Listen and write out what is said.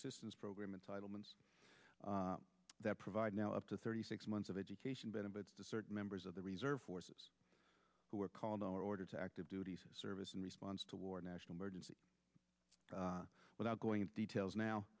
assistance program entitlements that provide now up to thirty six months of education benefits to certain members of the reserve forces who are called ordered to active duty service in response to war a national emergency without going into details now